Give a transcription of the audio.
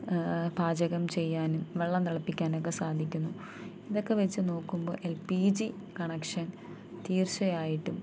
പാചകം ചെയ്യാനും വെള്ളം തിളപ്പിക്കാനൊക്കെ സാധിക്കുന്നു ഇതൊക്കെ വെച്ചു നോക്കുമ്പോൾ എൽ പി ജി കണക്ഷൻ തീർച്ചയായിട്ടും